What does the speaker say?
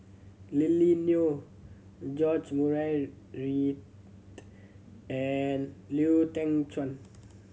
Lily Neo George Murray Reith and Lau Teng Chuan